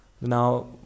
now